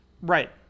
Right